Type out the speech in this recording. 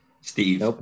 Steve